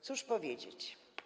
Cóż powiedzieć?